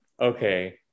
Okay